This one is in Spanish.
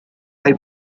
hay